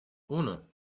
uno